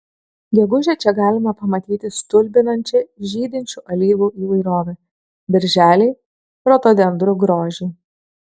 gegužę čia galima pamatyti stulbinančią žydinčių alyvų įvairovę birželį rododendrų grožį